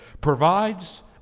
provides